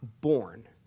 born